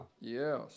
Yes